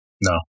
no